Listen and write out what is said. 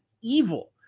evil